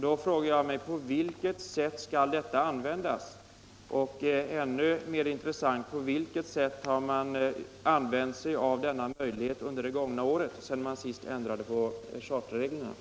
Då frågar jag: På vilket sätt skall dessa ändringar användas? Ännu mer intressant vore det att få veta på vilket sätt man har använt sig av denna möjlighet under det gångna året, sedan man senast ändrade charterreglerna.